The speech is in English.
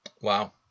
Wow